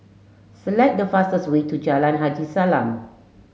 select the fastest way to Jalan Haji Salam